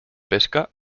pesca